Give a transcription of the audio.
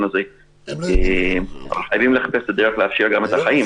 הזה אבל חייבים לחפש את הדרך לאפשר להם את החיים.